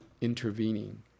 intervening